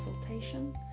consultation